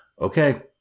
okay